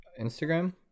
Instagram